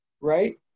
right